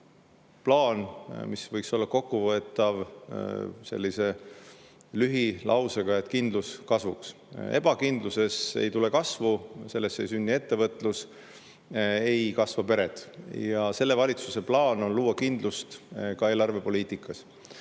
plaan, mis võiks olla kokkuvõetav lühilausega "Kindlus kasvuks". Ebakindluses ei tule kasvu, selles ei sünni ettevõtlus, selles ei kasva pered. Selle valitsuse plaan on luua kindlust ka eelarvepoliitikas.